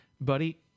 Buddy